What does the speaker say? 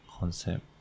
Concept